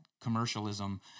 commercialism